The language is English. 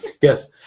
Yes